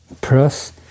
Plus